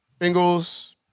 Bengals